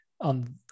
on